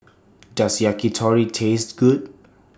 Does Yakitori Taste Good